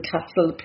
Castle